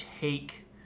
take